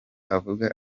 avuga